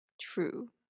True